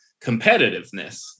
competitiveness